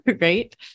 Right